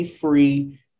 free